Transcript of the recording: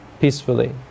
peacefully